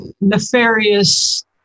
nefarious